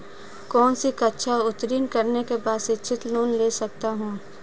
कौनसी कक्षा उत्तीर्ण करने के बाद शिक्षित लोंन ले सकता हूं?